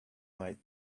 might